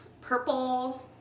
purple